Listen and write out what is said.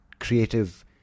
Creative